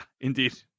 indeed